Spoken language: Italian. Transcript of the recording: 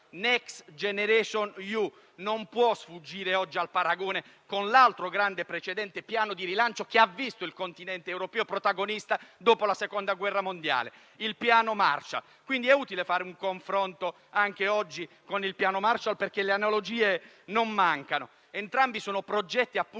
Next generation EU non può sfuggire al paragone con l'altro grande precedente Piano di rilancio che ha visto il continente europeo protagonista dopo la Seconda guerra mondiale, il Piano Marshall. Quindi, è utile, anche oggi, fare un confronto con il Piano Marshall, perché le analogie non mancano. Entrambi sono progetti di rilancio